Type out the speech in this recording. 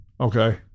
Okay